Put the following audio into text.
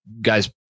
guys